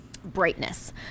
brightness